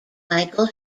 michael